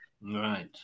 right